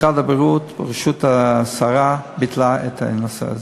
משרד הבריאות בראשות השרה ביטל את הנושא הזה,